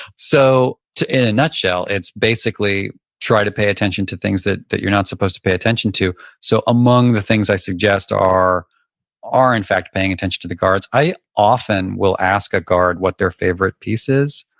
so in a nutshell, it's basically try to pay attention to things that that you're not supposed to pay attention to. so among the things i suggest are are in fact paying attention to the guards. i often will ask a guard what their favorite piece is.